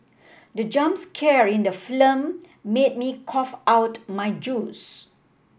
the jump scare in the film made me cough out my juice